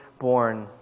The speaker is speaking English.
born